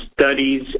studies